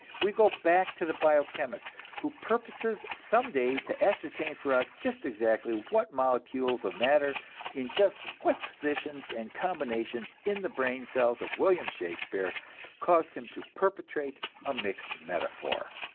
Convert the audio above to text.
we go back to the bio-chemist, who purposes some day to ascertain for us just exactly what molecules of matter in just what positions and combinations in the brain cells of william shakespeare caused him to perpetrate a mixed metaphor.